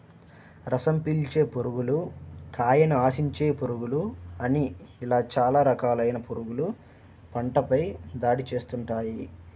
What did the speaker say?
రసం పీల్చే పురుగులు, కాయను ఆశించే పురుగులు అని ఇలా చాలా రకాలైన పురుగులు పంటపై దాడి చేస్తుంటాయి